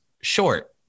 short